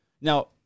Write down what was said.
Now